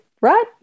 right